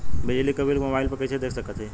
बिजली क bill mobile पर कईसे देख सकत हई?